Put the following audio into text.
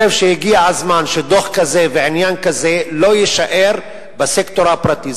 אני חושב שהגיע הזמן שדוח כזה ועניין כזה לא יישאר בסקטור הפרטי.